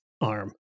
arm